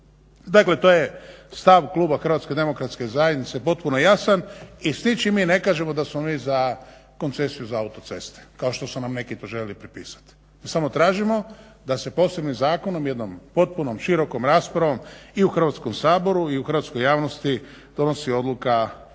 Dakle to je stav kluba HDZ-a potpuno jasan i … mi ne kažemo da smo mi za koncesiju za autoceste kao što su nam neki tu željeli prepisati. Samo tražimo da se posebnim zakonom jednom potpunom širokom raspravom i u Hrvatskom saboru i u hrvatskoj javnosti donosi odluka o toj